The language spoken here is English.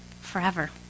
forever